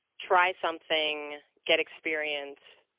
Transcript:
try something, get experience,